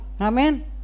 Amen